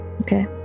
Okay